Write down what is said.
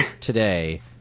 today